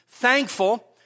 thankful